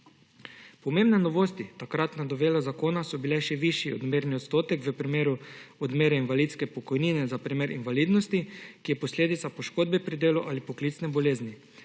Pomembne novosti takratne novele zakona so bile še: višji odmerni odstotek v primeru odmere invalidske pokojnine za primer invalidnosti, ki je posledica poškodbe pri delu ali poklicne bolezni;